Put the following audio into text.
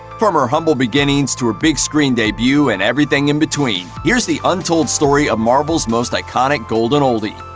from her humble beginnings to her big screen debut and everything in between, here's the untold story of marvel's most iconic golden oldie.